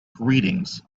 greetings